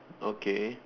okay